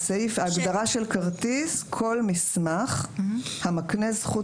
ההגדרה של "כרטיס" כל מסמך המקנה זכות